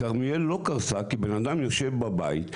כרמיאל לא קרסה כי בן אדם יושב בבית,